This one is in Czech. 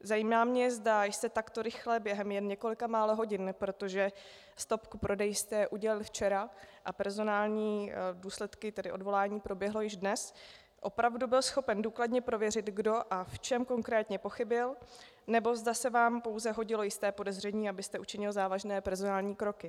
Zajímá mě, zda jste takto rychle, během jen několika málo hodin, protože stopku prodeji jste udělil včera a personální důsledky, tedy odvolání, proběhly již dnes, opravdu byl schopen důkladně prověřit, kdo a v čem konkrétně pochybil, nebo zda se vám pouze hodilo jisté podezření, abyste učinil závažné personální kroky.